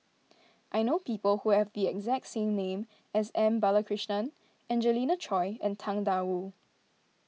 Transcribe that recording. I know people who have the exact name as M Balakrishnan Angelina Choy and Tang Da Wu